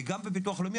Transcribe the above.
וגם בביטוח לאומי,